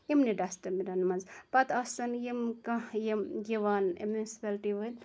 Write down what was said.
یِمنٕے ڈَسٹہٕ بِنَن منٛز پَتہٕ آسَن یِم کانٛہہ یِوان یِم مِنِسپیلٹی وٲلۍ